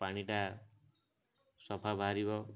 ପାଣିଟା ସଫା ବାହାରିବ